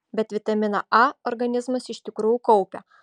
bet vitaminą a organizmas iš tikrųjų kaupia